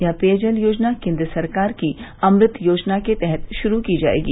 यह पेयजल योजना केन्द्र सरकार की अमृत योजना के तहत शुरू की जायेगी